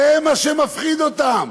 זה מה שמפחיד אותם.